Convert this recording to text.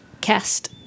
Cast